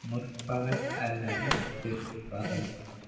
முற்பகல் அல்லது பிற்பகல்